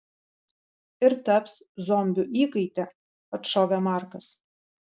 ir taps zombių įkaite atšovė markas